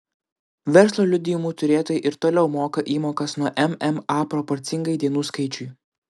verslo liudijimų turėtojai ir toliau moka įmokas nuo mma proporcingai dienų skaičiui